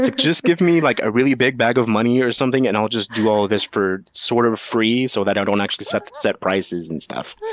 just give me like a really big bag of money or something and i'll just do all of this for sort of free so that i don't actually set set prices and stuff.